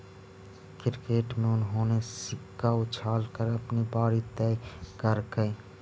cricket में उन्होंने सिक्का उछाल कर अपनी बारी तय करकइ